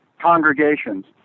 congregations